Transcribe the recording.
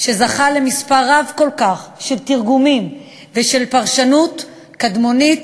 שזכה למספר רב כל כך של תרגומים ושל פרשנות קדמונית